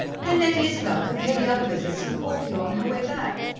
then lady isabel could pay the other visits and call for you on her way back.